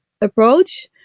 approach